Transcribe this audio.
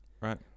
Right